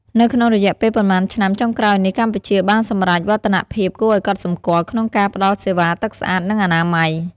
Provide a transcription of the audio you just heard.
នៅក្នុងរយៈពេលប៉ុន្មានឆ្នាំចុងក្រោយនេះ កម្ពុជាបានសម្រេចវឌ្ឍនភាពគួរឱ្យកត់សម្គាល់ក្នុងការផ្តល់សេវាទឹកស្អាត និងអនាម័យ។